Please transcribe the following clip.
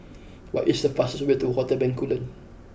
what is the fastest way to Hotel Bencoolen